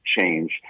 change